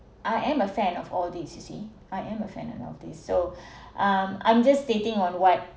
I am a fan of all these you see I am a fan of all these so um I'm just stating on what